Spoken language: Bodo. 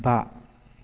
बा